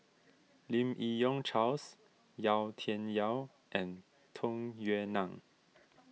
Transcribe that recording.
Lim Yi Yong Charles Yau Tian Yau and Tung Yue Nang